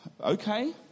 okay